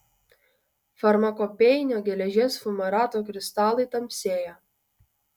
farmakopėjinio geležies fumarato kristalai tamsėja